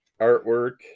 artwork